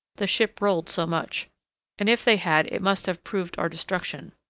the ship rolled so much and if they had it must have proved our destruction.